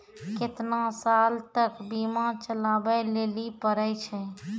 केतना साल तक बीमा चलाबै लेली पड़ै छै?